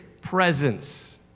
presence